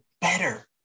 better